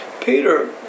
Peter